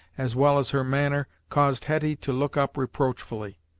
as well as her manner, caused hetty to look up reproachfully.